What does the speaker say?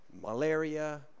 malaria